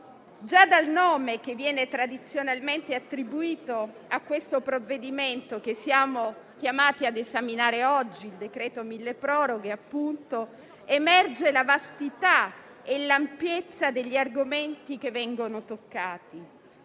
Già dal nome che viene tradizionalmente attribuito al provvedimento che siamo chiamati a esaminare oggi ("decreto milleproroghe") emerge la vastità e l'ampiezza degli argomenti che vengono toccati.